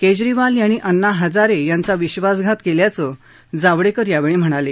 केजरीवाल यांनी आण्णा हजारे यांचा विश्वासघात केल्याचं जावडेकर यावेळी म्हणाले